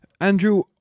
Andrew